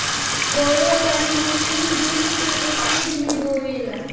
बोवे वाली मशीन बीज के एक सीध में बोवेले